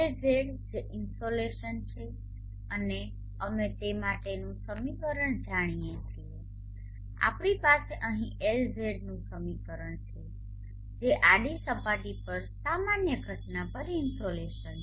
LZ જે insolation છે અને અમે તે માટેનું સમીકરણ જાણીએ છીએ આપણી પાસે અહીં LZનું સમીકરણ છે જે આડી સપાટી પર સામાન્ય ઘટનાઓ પર ઇન્સોલેશન છે